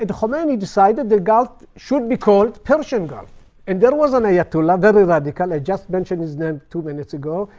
and khomeini decided the gulf should be called persian gulf. and there was an ayatollah, very radical. i just mentioned his name two minutes ago,